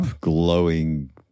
glowing